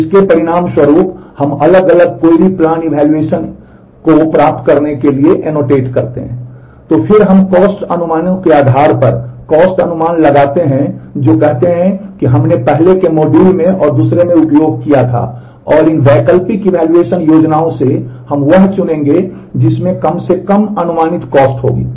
और फिर हम कॉस्ट होगी